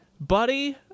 buddy